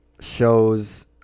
shows